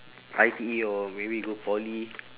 I_T_E or maybe go poly